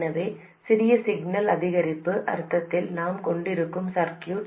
எனவே சிறிய சிக்னல் அதிகரிப்பு அர்த்தத்தில் நாம் கொண்டிருக்கும் சர்க்யூட்